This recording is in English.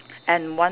and one